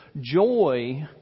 joy